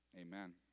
Amen